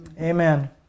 Amen